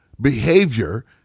behavior